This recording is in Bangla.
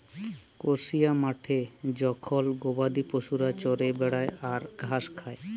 কসিয়া মাঠে জখল গবাদি পশুরা চরে বেড়ায় আর ঘাস খায়